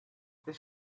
this